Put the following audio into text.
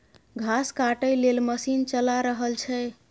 घास काटय लेल मशीन चला रहल छै